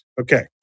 Okay